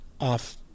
off